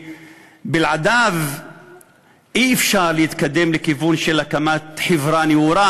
שבלעדיה אי-אפשר להתקדם בכיוון של הקמת חברה נאורה,